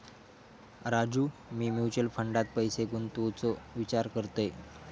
राजू, मी म्युचल फंडात पैसे गुंतवूचो विचार करतय